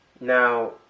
Now